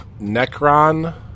Necron